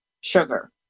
sugar